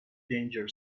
danger